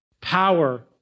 power